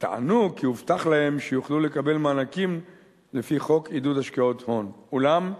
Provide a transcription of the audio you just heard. טענו כי הובטח להם שיוכלו לקבל מענקים לפי חוק עידוד השקעות הון,